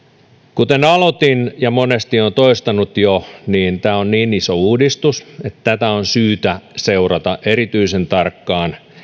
kuten aloitin ja jo monesti olen toistanut tämä on niin iso uudistus että tätä on syytä seurata erityisen tarkkaan